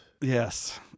Yes